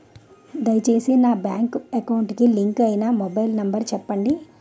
దయచేసి నా bank account కి లింక్ అయినా మొబైల్ నంబర్ చెప్పండి